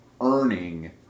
earning